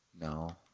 No